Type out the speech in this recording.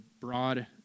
broad